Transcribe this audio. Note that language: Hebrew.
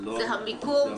זה המיקום,